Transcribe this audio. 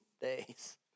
days